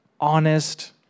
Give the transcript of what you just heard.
honest